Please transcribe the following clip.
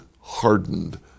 hardened